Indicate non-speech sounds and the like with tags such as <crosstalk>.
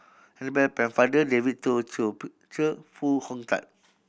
<unintelligible> Pennefather David <unintelligible> Foo Hong Tatt